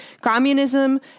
Communism